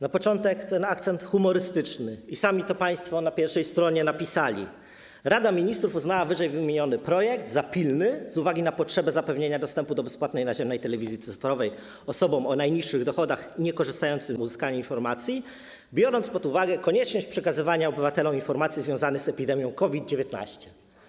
Na początek akcent humorystyczny, i państwo sami na pierwszej stronie to napisali: Rada Ministrów uznała wyżej wymieniony projekt za pilny z uwagi na potrzebę zapewnienia dostępu do bezpłatnej naziemnej telewizji cyfrowej osobom o najniższych dochodach niekorzystających z innych form uzyskania informacji, biorąc pod uwagę konieczność przekazywania obywatelom informacji związanych z epidemią COVID-19.